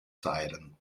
siren